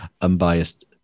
unbiased